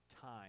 time